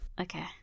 Okay